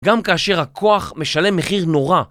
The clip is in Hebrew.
גם כאשר הכוח משלם מחיר נורא.